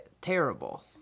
Terrible